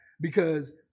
because-